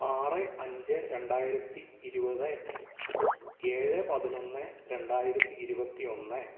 ആറ് അഞ്ച് രണ്ടായിരത്തി ഇരുപത് ഏഴ് പതിനൊന്ന് രണ്ടായിരത്തി ഇരുപത്തിയൊന്ന്